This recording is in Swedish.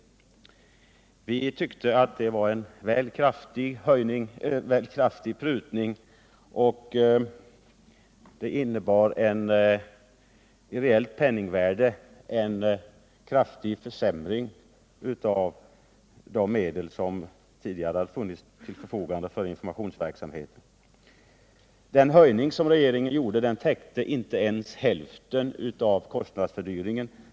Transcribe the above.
Vi tyckte att det var en väl kraftig prutning. Räknat i fast penningvärde innebar det en kraftig minskning av de medel som tidigare stått till förfogande för informationsverksamheten. Den höjning som regeringen föreslår täcker inte ens hälften av kostnadsfördyringen.